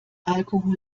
alkohol